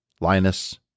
Linus